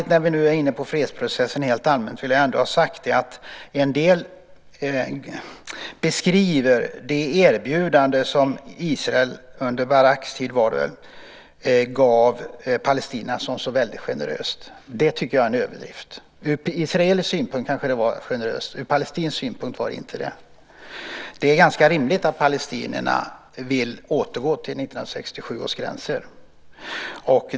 När vi nu är inne på fredsprocessen helt allmänt vill jag ändå ha sagt att en del beskriver det erbjudande som Israel - under Baraks tid var det väl - gav palestinierna som så väldigt generöst. Det tycker jag är en överdrift. Ur israelisk synpunkt kanske det var generöst. Ur palestinsk synpunkt var det inte det. Det är ganska rimligt att palestinierna vill återgå till 1967 års gränser.